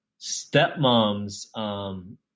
stepmom's